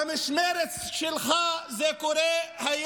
במשמרת שלך זה קורה.